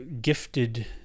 gifted